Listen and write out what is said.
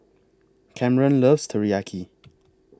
Kamren loves Teriyaki